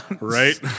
right